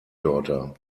daughter